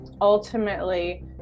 ultimately